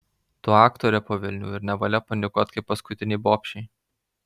tu aktorė po velnių ir nevalia panikuoti kaip paskutinei bobšei